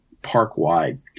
park-wide